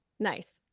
Nice